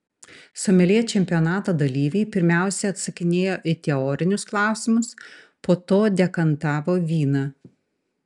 someljė čempionato dalyviai pirmiausia atsakinėjo į teorinius klausimus po to dekantavo vyną